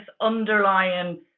underlying